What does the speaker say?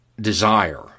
desire